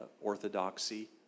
Orthodoxy